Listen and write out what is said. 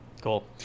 Cool